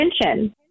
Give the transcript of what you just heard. attention